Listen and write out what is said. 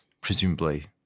presumably